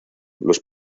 los